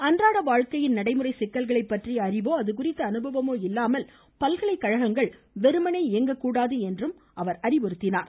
அன்றாட வாழ்க்கையின் நடைமுறை சிக்கல்களை பற்றிய அறிவோ அதுகுறித்த அனுபவமோ இல்லாமல் பல்கலைக்கழகங்கள் வெறுமனே இயங்கக்கூடாது என்றும் அறிவுறுத்தினார்